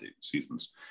seasons